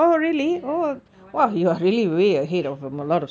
ya I want to do